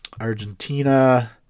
Argentina